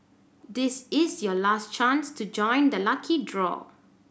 this is your last chance to join the lucky draw